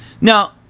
Now